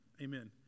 amen